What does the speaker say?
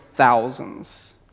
thousands